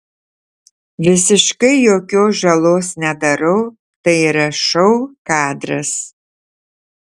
visiškai jokios žalos nedarau tai yra šou kadras